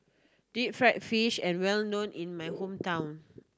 deep fried fish is well known in my hometown